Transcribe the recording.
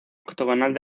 octogonal